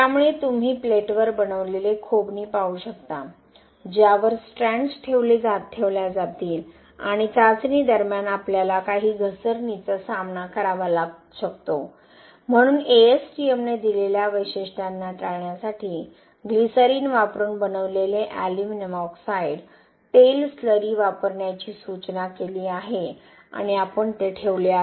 त्यामुळे तुम्ही प्लेटवर बनवलेले खोबणी पाहू शकता ज्यावर स्ट्रँड्स ठेवल्या जातील आणि चाचणी दरम्यान आपल्याला काही घसरणीचा सामना करावा लागू शकतो म्हणून ASTM ने दिलेल्या वैशिष्ट्यांना टाळण्यासाठी ग्लिसरीन वापरून बनविलेले एल्युमिनियम ऑक्साईड तेल स्लरी वापरण्याची सूचना केली आहे आणि आपण ते ठेवले आहे